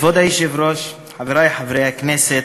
כבוד היושב-ראש, חברי חברי הכנסת,